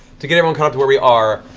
to get everyone caught up to where we are.